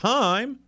time